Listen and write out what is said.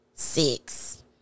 Six